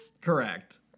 Correct